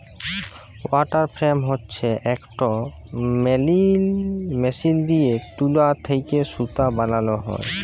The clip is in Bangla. ওয়াটার ফ্রেম হছে ইকট মেশিল দিঁয়ে তুলা থ্যাকে সুতা বালাল হ্যয়